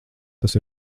tas